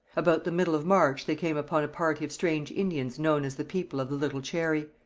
about the middle of march they came upon a party of strange indians known as the people of the little cherry.